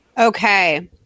Okay